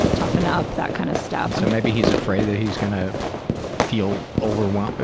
toughen up, that kind of stuff. so maybe he's afraid that he's going to feel overwhel, ah